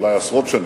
אולי עשרות שנים.